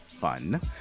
Fun